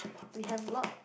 we have lot